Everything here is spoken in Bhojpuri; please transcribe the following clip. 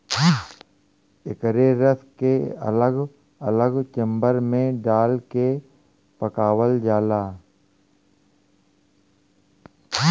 एकरे रस के अलग अलग चेम्बर मे डाल के पकावल जाला